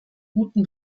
guten